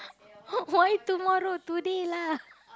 why tomorrow today lah